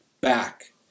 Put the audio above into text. back